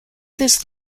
this